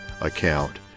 account